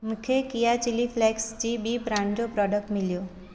मूंखे किया chilli flakes जी ॿीं ब्रांड जो प्रोडक्ट मिलियो